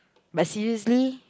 but seriously